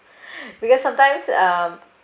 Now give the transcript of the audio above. because sometimes um